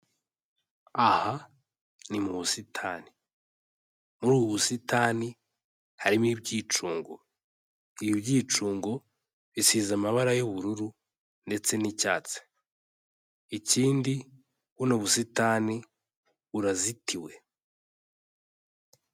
Aha ni mu busitani. Muri ubu busitani harimo ibyicungo. Ibi byicungo bisize amabara y'ubururu ndetse n'icyatsi. Ikindi buno busitani burazitiwe.